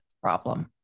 problem